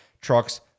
trucks